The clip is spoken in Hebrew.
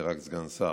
אני רק סגן שר.